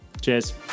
Cheers